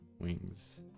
Wings